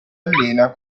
allena